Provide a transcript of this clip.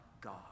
God